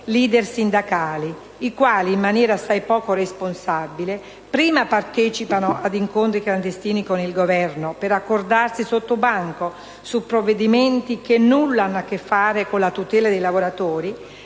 leader sindacali i quali, in maniera assai poco responsabile, prima partecipano ad incontri clandestini con il Governo per accordarsi sottobanco su provvedimenti che nulla hanno a che fare con la tutela dei lavoratori